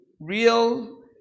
Real